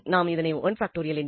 ஏன் நாம் இதனை 1